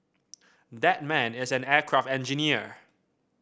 that man is an aircraft engineer